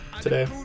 today